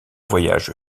voyage